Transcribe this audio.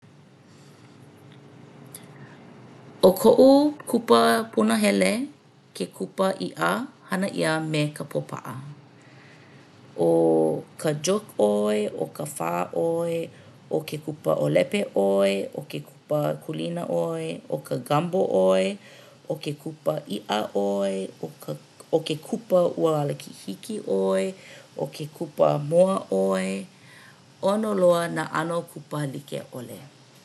ʻO koʻu kupa punahele ke kupa iʻa, hana ʻia me ka pōpaʻa. ʻO ka jook ʻoe, ʻo ka pho ʻoe, ʻo ke kupa ʻōlepe ʻoe, ʻo ke kupa kūlina ʻoe, ʻo ka gumbo ʻoe, ʻo ke kupa iʻa ʻoe, ʻo ka ʻo ke kupa ʻuala kahiki ʻoe, ʻo ke kupa moa ʻoe. ʻOno loa nā ʻano kupa like ʻole.